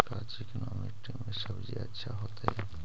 का चिकना मट्टी में सब्जी अच्छा होतै?